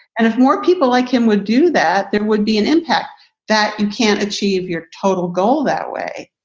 and if more people like him would do that, there would be an impact that you can't achieve your total goal that way.